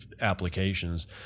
applications